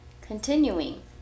Continuing